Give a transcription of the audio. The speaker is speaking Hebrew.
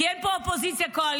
כי אין פה אופוזיציה קואליציה.